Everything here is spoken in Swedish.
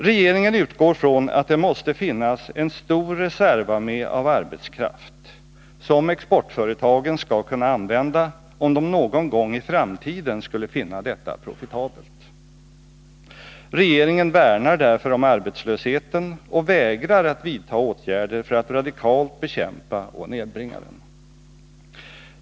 Regeringen utgår från att det måste finnas en stor reservarmé av arbetskraft, som exportföretagen skall kunna använda om de någon gång i framtiden skulle finna detta profitabelt. Regeringen värnar därför om arbetslösheten och vägrar att vidta åtgärder för att radikalt bekämpa och nedbringa den.